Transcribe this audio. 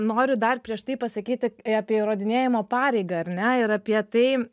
noriu dar prieš tai pasakyti apie įrodinėjimo pareigą ar ne ir apie tai